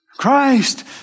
Christ